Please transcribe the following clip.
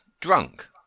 drunk